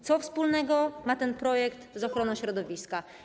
Co wspólnego ma ten projekt z ochroną środowiska?